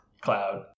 Cloud